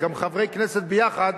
גם חברי הכנסת ביחד,